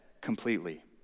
completely